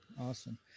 awesome